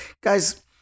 guys